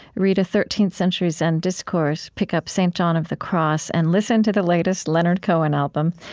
read a thirteenth century zen discourse, pick up st. john of the cross, and listen to the latest leonard cohen album,